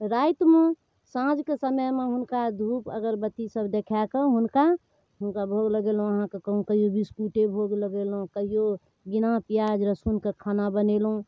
रातिमे साँझके समयमे हुनका धूप अगरबत्तीसब देखाकऽ हुनका हुनका भोग लगेलहुँ अहाँके कहिओ बिस्कुटे भोग लगेलहुँ कहिओ बिना पिआज रसूनके खाना बनेलहुँ